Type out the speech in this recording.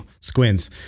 Squints